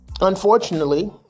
unfortunately